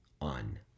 on